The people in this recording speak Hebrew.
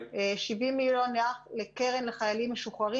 70 מיליון שקלים לקרן לחיילים משוחררים